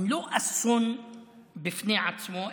הן לא אסון בפני עצמו,